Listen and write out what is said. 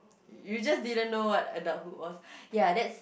you just didn't know what adulthood was ya that's